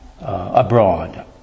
abroad